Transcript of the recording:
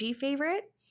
favorite